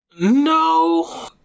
No